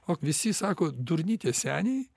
o visi sako durni tie seniai